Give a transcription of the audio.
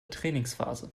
trainingsphase